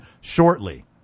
shortly